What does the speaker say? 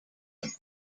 him